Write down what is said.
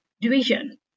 division